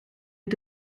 mit